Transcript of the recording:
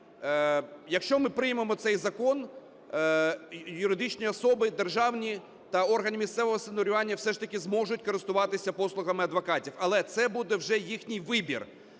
якщо ми приймемо цей закон, юридичні особи державні та органи місцевого самоврядування все ж таки зможуть користуватися послугами адвокатів. Але це буде вже їхній вибір,